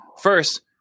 First